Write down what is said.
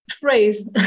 phrase